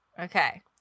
Okay